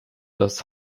das